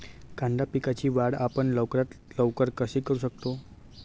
कांदा पिकाची वाढ आपण लवकरात लवकर कशी करू शकतो?